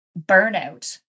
burnout